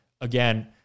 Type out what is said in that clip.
again